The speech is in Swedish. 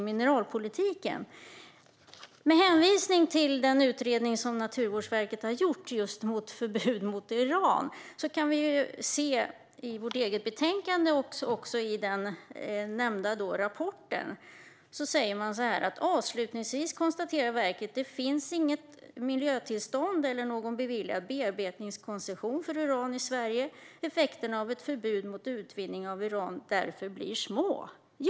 Med hänvisning till den utredning som Naturvårdsverket har gjort om förbud mot uran kan vi i vårt eget betänkande läsa följande om den nämnda rapporten: "Avslutningsvis konstaterar verket att det inte finns något miljötillstånd eller någon beviljad bearbetningskoncession för uran i Sverige och att effekterna av ett förbud mot utvinning av uran därför blir små."